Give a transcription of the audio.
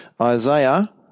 Isaiah